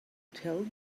tell